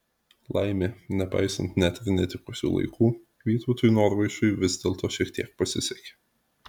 laimė nepaisant net ir netikusių laikų vytautui norvaišui vis dėlto šiek tiek pasisekė